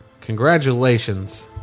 Congratulations